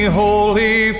holy